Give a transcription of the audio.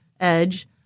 edge